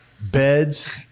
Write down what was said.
beds